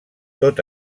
tot